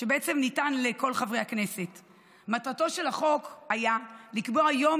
שבעצם ניתן לכל חברי הכנסת: מטרתו של החוק הייתה לקבוע יום